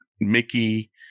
mickey